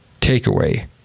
takeaway